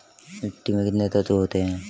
मिट्टी में कितने तत्व होते हैं?